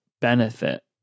benefit